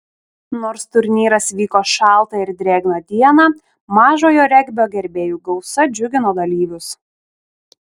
nors turnyras vyko šaltą ir drėgną dieną mažojo regbio gerbėjų gausa džiugino dalyvius